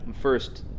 first